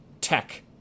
tech